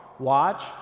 Watch